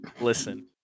listen